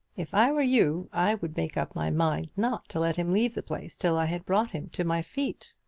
if i were you i would make up my mind not to let him leave the place till i had brought him to my feet.